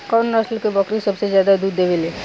कउन नस्ल के बकरी सबसे ज्यादा दूध देवे लें?